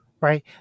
Right